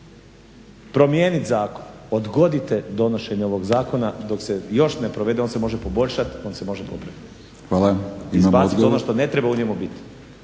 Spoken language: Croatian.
promijeniti zakon, odgodite donošenje ovog zakona dok se još ne provede. On se može poboljšati on se može popraviti. Izbacite ono što ne treba u njemu biti.